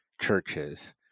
churches